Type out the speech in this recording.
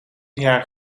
jaar